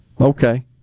Okay